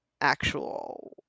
actual